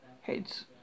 heads